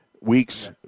Weeks